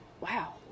wow